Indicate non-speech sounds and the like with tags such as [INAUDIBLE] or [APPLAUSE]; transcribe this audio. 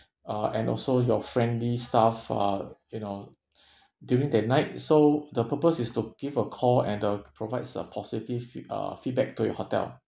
uh and also your friendly staff uh you know [BREATH] during that night so the purpose is to give a call and uh provides a positive fee~ uh feedback to your hotel